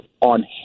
on